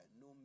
no